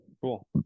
Cool